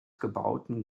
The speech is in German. gebauten